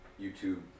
YouTube